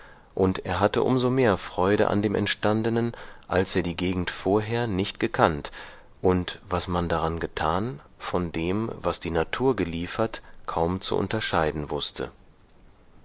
und er hatte um so mehr freude an dem entstandenen als er die gegend vorher nicht gekannt und was man daran getan von dem was die natur geliefert kaum zu unterscheiden wußte